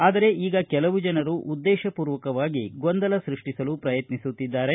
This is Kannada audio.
ಆದರೆ ಈಗ ಕೆಲವು ಜನರು ಉದ್ದೇಶಪೂರ್ವಕವಾಗಿ ಗೊಂದಲ ಸೃಷ್ಷಿಸಲು ಪ್ರಯತ್ನಿಸುತ್ತಿದ್ದಾರೆ